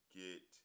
get